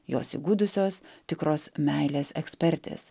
jos įgudusios tikros meilės ekspertės